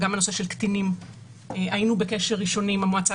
גם בנושא של קטינים היינו בקשר ראשוני עם המועצה